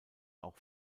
auch